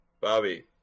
Bobby